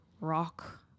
rock